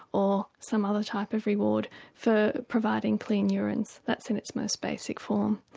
or some other type of reward for providing clean urines, that's in its most basic form.